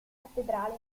cattedrale